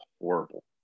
horrible